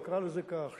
אקרא לזה כך,